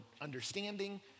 understanding